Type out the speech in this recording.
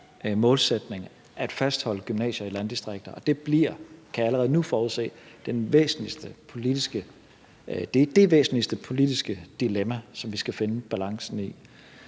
målsætning: at fastholde gymnasier i landdistrikter. Det bliver, kan jeg allerede nu forudse, det væsentligste politiske dilemma, som vi skal finde balancen i.